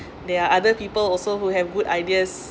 there are other people also who have good ideas